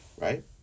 right